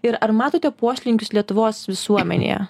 ir ar matote poslinkius lietuvos visuomenėje